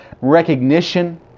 recognition